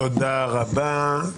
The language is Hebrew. תודה רבה.